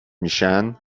میشن